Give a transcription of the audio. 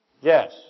Yes